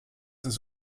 ist